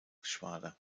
geschwader